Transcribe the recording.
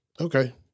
Okay